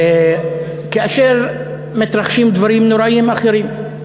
כאשר מתרחשים דברים נוראים אחרים.